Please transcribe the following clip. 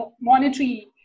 monetary